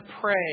pray